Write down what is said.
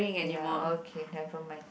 ya okay never mind